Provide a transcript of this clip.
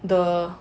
the